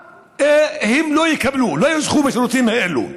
הם לא יקבלו, לא יזכו לשירותים האלה.